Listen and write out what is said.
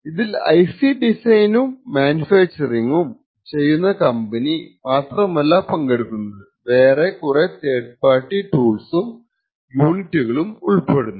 ഇതിൽ IC ഡിസൈനും മാനുഫാക്ച്ചറിങ്ങും ചെയ്യുന്ന കമ്പനി മാത്രമല്ല പങ്കെടുക്കുന്നത് വേറെ കുറെ തേർഡ് പാർട്ടി ടൂൾസും യൂണിറ്റുകളും ഉൾപ്പെടുന്നു